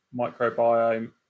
microbiome